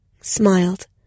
smiled